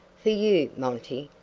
for you, monty,